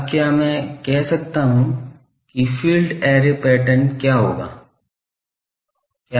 अब क्या मैं कह सकता हूं कि फ़ील्ड ऐरे पैटर्न क्या होगा